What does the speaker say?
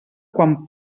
quan